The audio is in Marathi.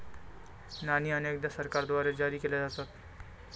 नाणी अनेकदा सरकारद्वारे जारी केल्या जातात